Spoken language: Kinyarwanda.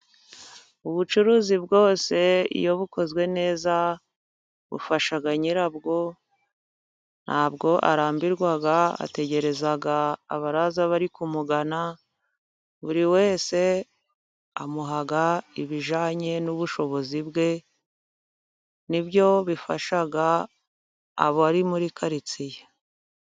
Ubucuruzi bwose iyo bukozwe neza bufasha nyirabwo ntabwo arambirwa ategereza abaraza bari kumugana. Buri wese amuha ibijyanye n'ubushobozi bwe ni byo bifasha abari muri karitsiye.